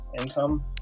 income